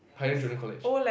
Pioneer Junior College